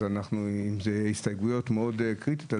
אלה הסתייגויות מאוד קריטיות.